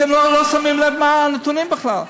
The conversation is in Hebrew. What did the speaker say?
אתם לא שמים לב מה הנתונים בכלל.